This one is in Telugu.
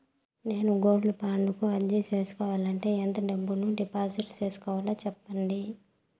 నేను గోల్డ్ బాండు కు అర్జీ సేసుకోవాలంటే ఎంత డబ్బును డిపాజిట్లు సేసుకోవాలి సెప్పండి